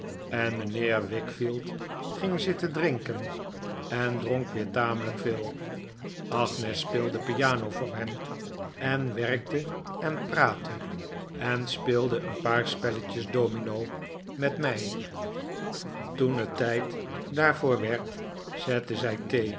en mijnheer wickfield ging zitten drinken en dronk weer tamelijk ve'el agnes speelde piano voor hem en werkte en praatte en speelde een paar spelletjes domino met mij toen het tijd daarvoor werd zette zij